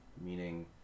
meaning